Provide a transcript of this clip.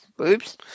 Oops